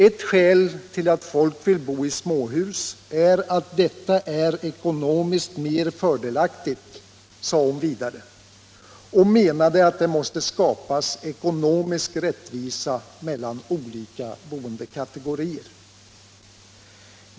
Ett skäl till att folk vill bo i småhus är att detta är ekonomiskt mer fördelaktigt, sade hon vidare och menade att det måste skapas ekonomisk rättvisa mellan olika boendekategorier.